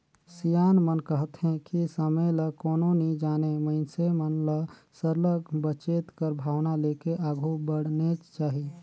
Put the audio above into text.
सियान मन कहथें कि समे ल कोनो नी जानें मइनसे मन ल सरलग बचेत कर भावना लेके आघु बढ़नेच चाही